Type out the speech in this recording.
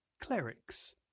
Clerics